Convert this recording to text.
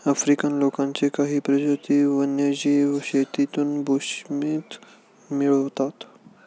African लोकांच्या काही प्रजाती वन्यजीव शेतीतून बुशमीट मिळवतात